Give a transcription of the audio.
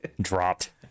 Dropped